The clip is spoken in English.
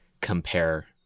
compare